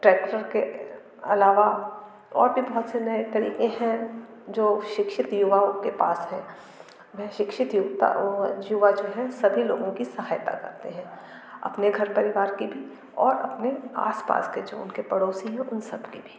tractor के अलावा और भी बहुत से नए तरीक़े हैं जो शिक्षित युवाओं के पास हैं वह शिक्षित युक्ता युवा जो हैं सभी लोगों की सहायता करते हैं अपने घर परिवार की भी और अपने आस पास के जो उनके पड़ोसी हैं उन सब की भी